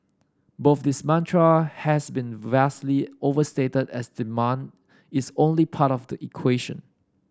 both this mantra has been vastly overstated as demand is only part of the equation